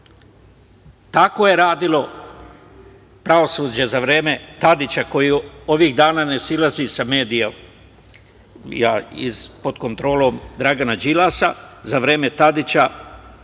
Tako je radilo pravosuđe za vreme Tadića, koji ovih dana ne silazi sa medija, pod kontrolom Dragana Đilasa, za vreme Tadića